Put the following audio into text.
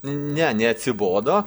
ne neatsibodo